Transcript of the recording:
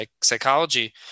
psychology